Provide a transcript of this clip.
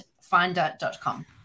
finder.com